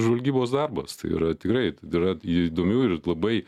žvalgybos darbas tai yra tikrai yra įdomių ir labai